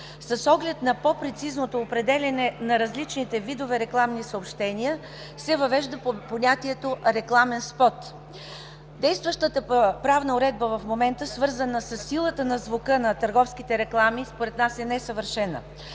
С оглед на по-прецизното определяне на различните видове рекламни съобщения се въвежда понятието „рекламен спот”. Действащата правна уредба в момента, свързана със силата на звука на търговските реклами, според нас е несъвършена.